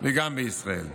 וגם בישראל.